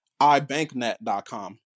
iBanknet.com